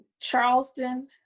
Charleston